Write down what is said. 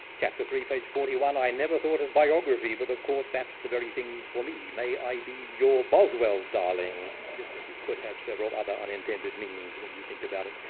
chapter three, page forty one, i never thought of biography, but of course that's the very thing for me. may i be your boswell, darling? it could have several other unintended meanings when you think about it.